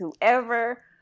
whoever